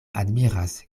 admiras